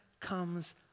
comes